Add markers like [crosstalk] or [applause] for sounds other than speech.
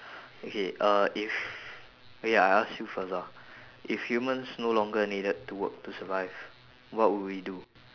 [breath] okay uh if wait ah I ask you first ah if humans no longer needed to work to survive what will we do